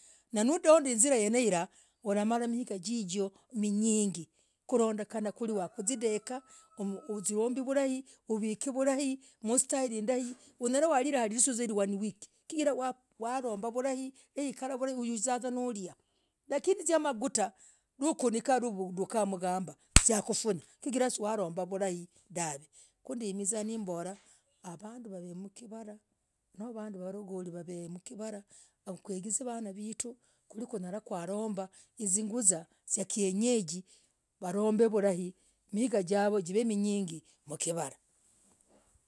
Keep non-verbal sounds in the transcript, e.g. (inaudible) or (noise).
Naudondah izizayene hirah ulamalah mingaa jijoo minyingi kulondekena kwiri wazidekah warombii vurahi uvek (hesitation) vulai mm style indaii unyalah walirilah lisuzah hikii one week chigirah warombah vurahi huyuziaa vuzaaa noliaa lakini zamagutaa nukunikah novumbukaa mgambah ziakufunyah chigirah siwarombah vurahi dahv (hesitation) avanduu wave (hesitation) mkivarah kwiri vanaaa vetuu kwerii kunyalah kwalombah zuguzah zakiyenejii waromb (hesitation) vurahi miingah javoo kuv (hesitation) mnyingi mkivarah.